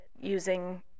using